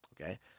Okay